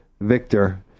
Victor